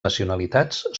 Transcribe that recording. nacionalitats